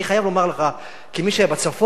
אני חייב לומר לך, כמי שהיה בצפון,